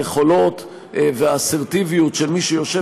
היכולות והאסרטיביות של מי שיושב